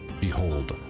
Behold